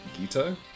gita